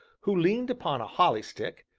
who leaned upon a holly-stick,